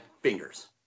fingers